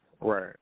Right